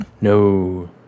No